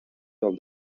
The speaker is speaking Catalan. del